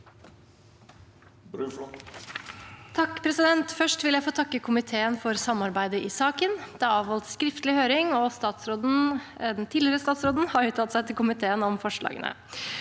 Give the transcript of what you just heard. for saken): Først vil jeg få takke komiteen for samarbeidet i saken. Det er avholdt skriftlig høring, og den tidligere statsråden har uttalt seg til komiteen om forslagene.